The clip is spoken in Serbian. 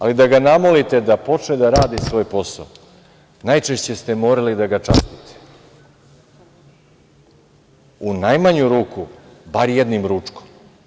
Ali, da ga namolite da počne da radi svoj posao, najčešće ste morali da ga častite, u najmanju ruku bar jednim ručkom.